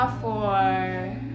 four